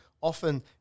often